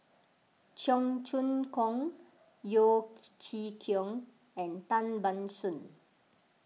Cheong Choong Kong Yeo Chee Kiong and Tan Ban Soon